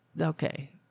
okay